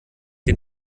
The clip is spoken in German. den